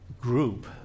group